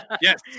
yes